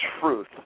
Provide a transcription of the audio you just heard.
Truth